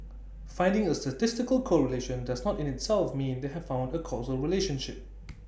finding A statistical correlation does not in itself mean they have found A causal relationship